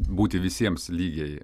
būti visiems lygiai